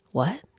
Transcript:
what?